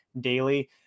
Daily